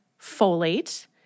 folate